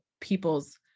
people's